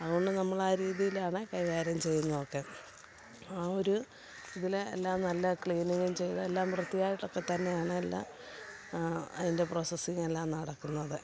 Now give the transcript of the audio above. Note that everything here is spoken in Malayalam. അതുകൊണ്ട് നമ്മളാ രീതിയിലാണ് കൈകാര്യം ചെയ്യുന്നതൊക്കെ ആ ഒരു ഇതില് എല്ലാം നല്ല ക്ലീനിങ്ങും ചെയ്ത് എല്ലാം വൃത്തിയായിട്ടൊക്കെ തന്നെയാണ് എല്ലാ അതിൻ്റെ പ്രൊസസിങ്ങെല്ലാം നടക്കുന്നത്